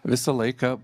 visą laiką